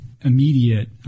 immediate